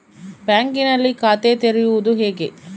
ಬ್ಯಾಂಕಿನಲ್ಲಿ ಖಾತೆ ತೆರೆಯುವುದು ಹೇಗೆ?